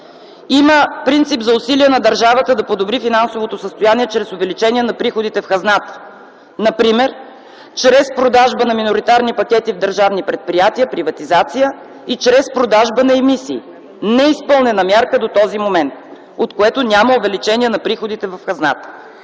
Има принцип за усилие на държавата да подобри финансовото състояние чрез увеличение на приходите в хазната, например чрез продажба на миноритарни пакети в държавни предприятия - приватизация, и чрез продажба на емисии. Неизпълнена мярка до този момент, от което няма увеличение на приходите в хазната.